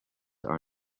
are